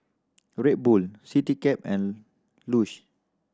Red Bull Citycab and Lush